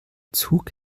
zug